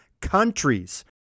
countries